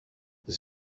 this